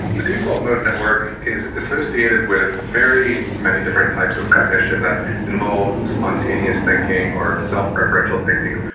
the default mode network is associated with very many different types of cognition that involve spontaneous thinking or self-referential thinking.